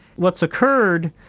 what's occurred,